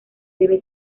debe